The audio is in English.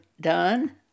done